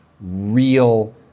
real